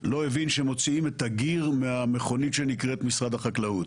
הבין שמוציאים את הגיר מהמכונית שנקראת משרד החקלאות